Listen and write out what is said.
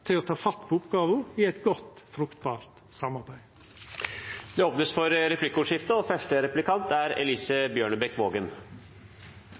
til å ta fatt på oppgåva i eit godt og fruktbart samarbeid. Det blir replikkordskifte. Denne regjeringens plattform er